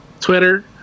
Twitter